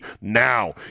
now